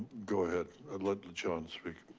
go ahead, let john speak.